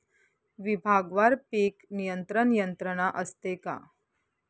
विभागवार पीक नियंत्रण यंत्रणा असते का?